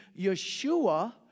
Yeshua